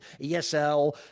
esl